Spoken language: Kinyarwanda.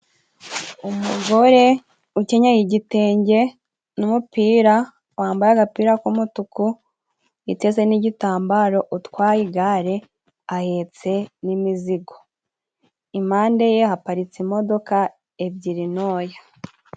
Umugore ukenyeye igitenge n'umupira, wambaye agapira k'umutuku witeze n'igitambaro utwaye igare, ahetse n'imizigo. Impande ye haparitse imodoka ebyiri ntoya.